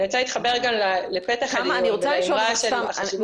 אני רוצה להתחבר רגע לפתח הדיון ולאמרה של החשיבות לשטחים פתוחים.